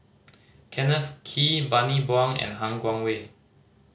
Kenneth Kee Bani Buang and Han Guangwei